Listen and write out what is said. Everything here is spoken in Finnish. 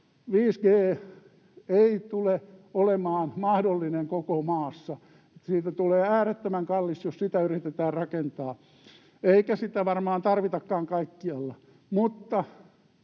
5G ei tule olemaan mahdollinen koko maassa, siitä tulee äärettömän kallis, jos sitä yritetään rakentaa. Eikä sitä varmaan tarvitakaan kaikkialla,